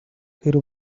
тэр